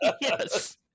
yes